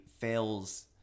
fails